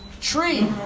tree